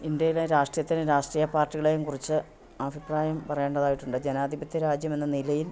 ഇന്ത്യയിലെ രാഷ്ട്രീയത്തിനേയും രാഷ്ട്രീയ പാർട്ടികളേയും കുറിച്ച് അഭിപ്രായം പറയേണ്ടതായിട്ടുണ്ട് ജനാധിപത്യ രാജ്യമെന്ന നിലയിൽ